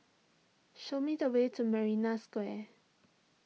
show me the way to Marina Square